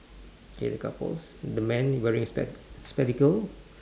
okay the couples the man wearing spec~ spectacles